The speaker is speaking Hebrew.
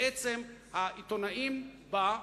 בעצם העיתונאים בה,